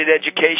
education